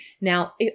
Now